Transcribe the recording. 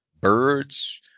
birds